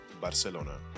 Barcelona